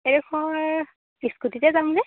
এইডোখৰ স্কুটিতে যামগৈ